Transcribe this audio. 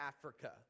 Africa